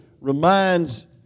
reminds